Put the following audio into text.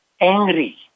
angry